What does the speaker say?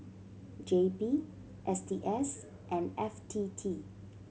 J P S T S and F T T